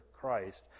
Christ